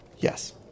Yes